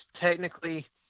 technically